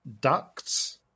ducts